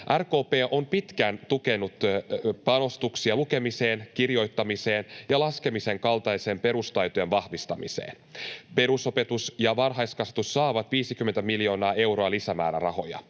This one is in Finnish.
RKP on pitkään tukenut panostuksia lukemisen, kirjoittamisen ja laskemisen kaltaisten perustaitojen vahvistamiseen. Perusopetus ja varhaiskasvatus saavat 50 miljoonaa euroa lisämäärärahoja.